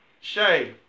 Shay